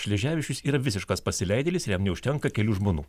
sleževičius yra visiškas pasileidėlis ir jam neužtenka kelių žmonų